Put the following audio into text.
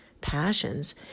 passions